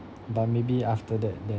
but maybe after that then